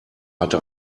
hatte